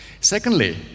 secondly